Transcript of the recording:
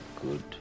good